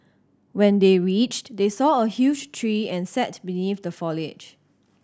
when they reached they saw a huge tree and sat beneath the foliage